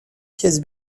pièce